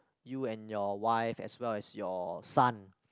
you and your wife as well as your son